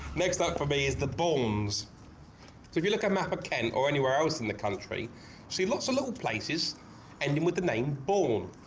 next up for me is the bournes if you look at map of kent or anywhere else in the country so you lots a lot of places ending with the name bourne,